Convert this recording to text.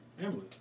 Emily